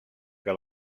que